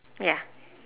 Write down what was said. ya